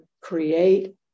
create